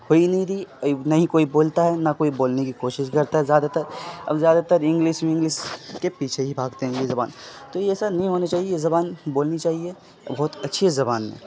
ہو ہی نہیں رہی نہ ہی کوئی بولتا ہے نہ کوئی بولنے کی کوشز کرتا ہے زیادہ تر اب زیادہ تر انگلش ونگلش کے پیچھے ہی بھاگتے ہیں یہ زبان تو یہ ایسا نہیں ہونا چاہیے یہ زبان بولنی چاہیے اور بہت اچھی زبان ہے